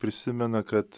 prisimena kad